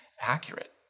accurate